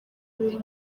buri